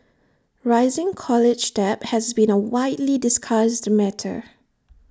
rising college debt has been A widely discussed matter